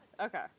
Okay